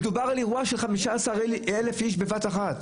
מדובר על אירוע של 15,000 אנשים בבת אחת,